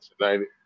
tonight